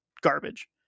garbage